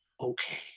okay